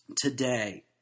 today